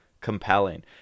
compelling